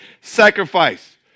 sacrifice